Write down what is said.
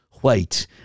White